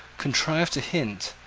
contrived to hint,